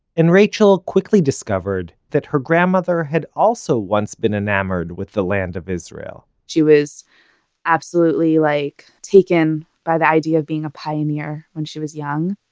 and rachael quickly discovered that her grandmother had also once been enamored with the land of israel. she was absolutely like taken by the idea of being a pioneer when she was young.